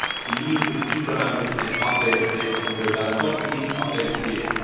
so you need to keep an eye on this and update it. say, if something goes out of stock, you need to update it here,